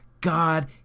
God